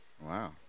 wow